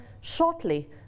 shortly